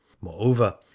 Moreover